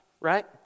right